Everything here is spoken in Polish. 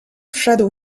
wszedł